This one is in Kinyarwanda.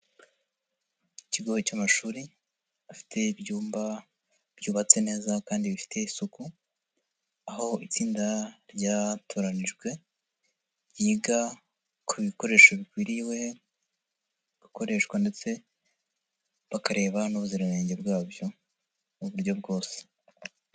Ikigo cy'amashuri afite ibyumba byubatse neza kandi bifite isuku, aho itsinda ryatoranijwe, ryiga ku bikoresho bikwiriwe gukoreshwa ndetse bakareba n'ubuziranenge bwabyo mu buryo bwose.